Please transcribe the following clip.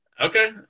Okay